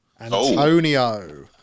Antonio